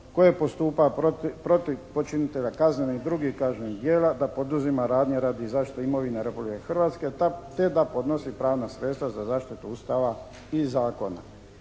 koje postupa protiv počinitelja kaznenih i drugih kaznenih djela, da poduzima radnje radi zaštite imovine Republike Hrvatske te da podnosi pravna sredstva za zaštitu Ustava i zakona.